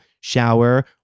shower